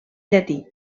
llatí